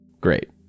Great